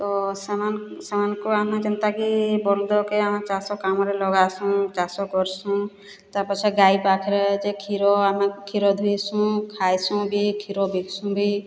ତ ସେମାନ ସେମାନଙ୍କ ଆମେ ଯେନ୍ତାକି ବଳଦକେ ଆମ ଚାଷ କାମରେ ଲଗାସୁଁ ଚାଷ କରସୁଁ ତା ପଛେ ଗାଈ ପାଖରେ ଯେ କ୍ଷୀର ଆମେ କ୍ଷୀର ଦୁହିସୁଁ ଖାଇସୁଁ ବି କ୍ଷୀର ବିକ୍ସୁଁ ବି